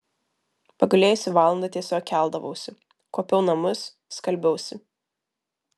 pagulėjusi valandą tiesiog keldavausi kuopiau namus skalbiausi